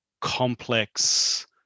complex